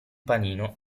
panino